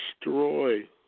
destroy